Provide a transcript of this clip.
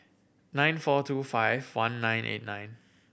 nine four two five one nine eight nine